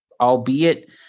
albeit